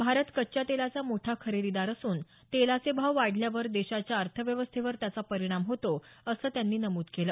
भारत कच्च्या तेलाचा मोठा खरेदीदार असून तेलाचे भाव वाढल्यावर देशाच्या अर्थव्यवस्थेवर त्याचा परिणाम होतो असं त्यांनी नमूद केलं